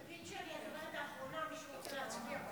תגיד שאני הדוברת האחרונה ואחר כך הצבעה.